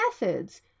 methods